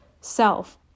self